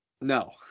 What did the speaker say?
No